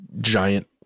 giant